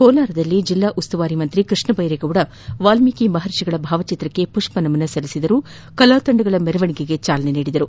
ಕೋಲಾರದಲ್ಲಿ ಜಿಲ್ಲಾ ಉಸ್ತುವಾರಿ ಸಚಿವ ಕೃಷ್ಣಬೈರೇಗೌಡ ವಾಲ್ಮೀಕಿ ಮಹರ್ಷಿಗಳ ಭಾವಚಿತ್ರಕ್ಕೆ ಮಷ್ವಮನ ಸಲ್ಲಿಸಿ ಕಲಾತಂಡಗಳ ಮೆರವಣಿಗೆಗೆ ಚಾಲನೆ ನೀಡಿದರು